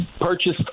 purchased